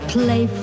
play